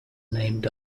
named